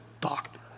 doctor